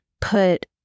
put